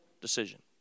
decision